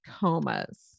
comas